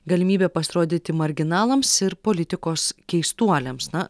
galimybė pasirodyti marginalams ir politikos keistuoliams na